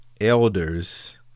elders